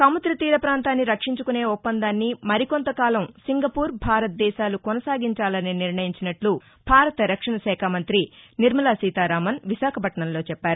సముద్ర తీర ప్రాంతాన్ని రక్షించుకునే ఒప్పందాన్ని మరి కొంతకాలం సింగపూర్ భారత్ దేశాలు కొససాగించాలని నిర్ణయించినట్లు భారత రక్షణ శాఖా మంతి నిర్మలా సీతారామన్ విశాఖపట్నంలో చెప్పారు